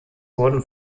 wurden